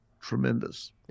tremendous